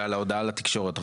ועל ההודעה לתקשורת.